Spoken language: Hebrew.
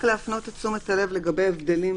רק להפנות את תשומת הלב לגבי דברים